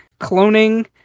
cloning